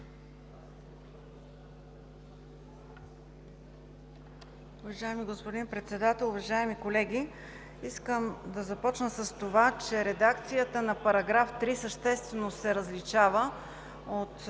Уважаеми господин Председател, уважаеми колеги! Искам да започна с това, че редакцията на § 3 съществено се различава от